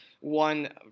one